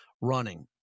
running